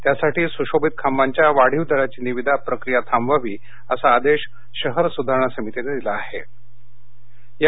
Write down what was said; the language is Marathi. त्यासाठी सुशोभित खांबांच्या वाढीव दराच्या निविदा प्रकिया थांबवावी असा आदेश शहर सुधारणा समितीने दिलेआहेत